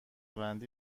بندی